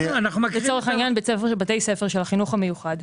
בתי ספר של החינוך המיוחד,